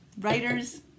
writers